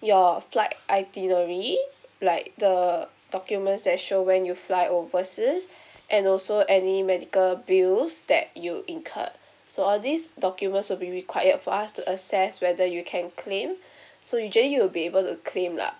your flight itinerary like the documents that show when you fly overseas and also any medical bills that you incurred so all these documents will be required for us to assess whether you can claim so usually you will be able to claim lah